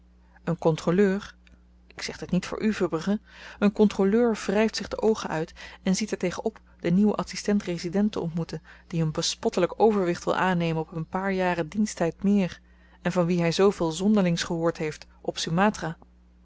een kontroleur ik zeg dit niet voor u verbrugge een kontroleur wryft zich de oogen uit en ziet er tegen op den nieuwen adsistent resident te ontmoeten die een bespottelyk overwicht wil aannemen op een paar jaren diensttyd meer en van wien hy zooveel zonderlings gehoord heeft op sumatra